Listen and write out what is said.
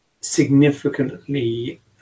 significantly